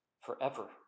forever